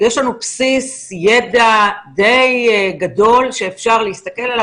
יש לנו בסיס ידע די גדול שאפשר להסתכל עליו